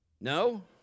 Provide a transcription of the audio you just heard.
No